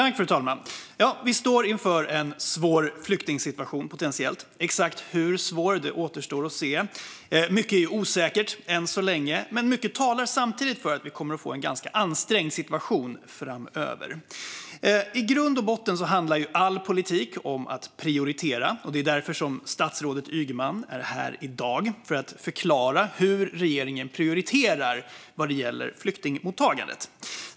Fru talman! Vi står inför en svår flyktingsituation, potentiellt. Exakt hur svår den blir återstår att se. Mycket är än så länge osäkert, men mycket talar samtidigt för att vi kommer att få en ganska ansträngd situation framöver. I grund och botten handlar all politik om att prioritera, och det är därför statsrådet Ygeman är här i dag - för att förklara hur regeringen prioriterar vad gäller flyktingmottagandet.